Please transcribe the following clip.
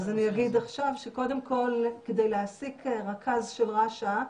אז אני אגיד עכשיו שקודם כל כדי להעסיק רכז של רש"א,